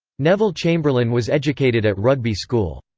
neville chamberlain was educated at rugby school.